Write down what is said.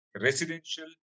residential